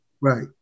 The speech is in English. Right